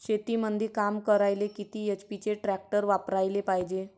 शेतीमंदी काम करायले किती एच.पी चे ट्रॅक्टर वापरायले पायजे?